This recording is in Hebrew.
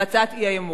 בהצעת האי-אמון.